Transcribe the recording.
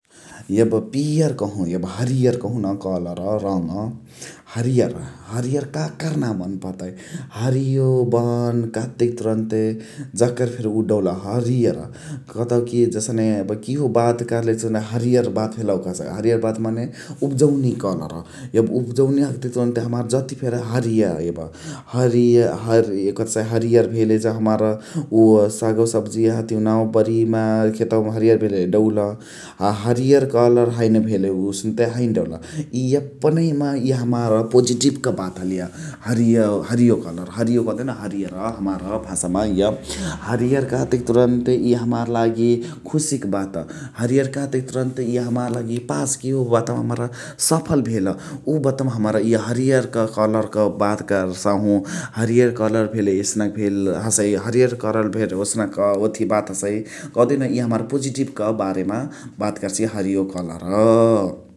यब पियार कहु हरियर कहुन कलर रङ । हरियर हरियर काकर मान नाही पर्तइ । हरियो बन कह्तेक तुरन्ते जाकर फेरी उव दउल हरियर कतउ कि जसने किहो बात कर्ले हरियर बात भेलउ कह्सइ । हरियर बात मने उब्जउनी कलर । यब उब्जउनी हखतेक तुरन्ते हमार जथी फेरी हरिया यब । हरियर भेले जउ हमार उव सगवा सब्जिया तिउनावा परी मा खेतवा मा हरियर भेले दउल । आ हरियर कलर हैने भेले सुन्ते हैने दउल । इ यपनहिमा इ हमार पोजिटिप्क बात हलइ इय हरियो कलर कह्देउन हरियर कलर हमार भासा मा इय । हरियर कह्तेक तुरन्ते इ हमार लागी खुशी क बात । हरियर कह्तेक तुरन्ते इ हमार लागी पास किहो बात मा हमार सफल भेल । उ बाटवा मा हमरा इय हरियर कलर क बात कर्सहु हरियर कलर भेले एस्नक हसइ । हरियर कलर भेले ओस्कन ओथी बात हसइ कह्देउन इ हमार पोजिटिब क बारे मा बात कर्सिय हरियो कलर ।